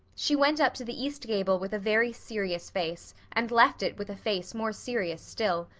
she went up to the east gable with a very serious face and left it with a face more serious still.